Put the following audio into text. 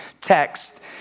text